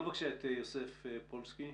יוסף פולסקי